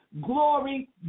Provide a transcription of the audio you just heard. Glory